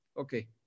Okay